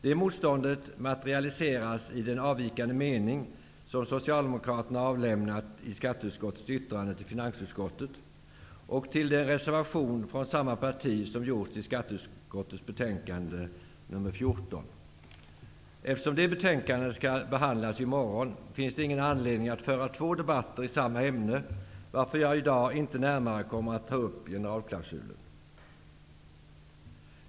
Det motståndet materialiseras i den avvikande mening som Socialdemokraterna har avlämnat i skatteutskottets yttrande till finansutskottet och till den reservation från samma parti som fogats till skatteutskottets betänkande nr 14. Eftersom det betänkandet kommer att behandlas i morgon, finns det ingen anledning att föra två debatter i samma ämne, varför jag i dag inte närmare kommer att ta upp generalklausulen.